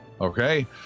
Okay